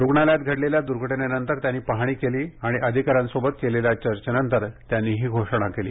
रुग्णालयात घडलेल्या दूर्घटनेनंतर त्यांनी पाहणी केली आणि अधिकाऱ्यांसोबत केलेल्या चर्चेनंतर त्यांनी ही घोषणा केली